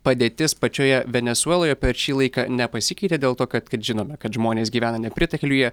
padėtis pačioje venesueloje per šį laiką nepasikeitė dėl to kad kad žinome kad žmonės gyvena nepritekliuje